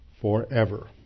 forever